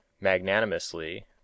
magnanimously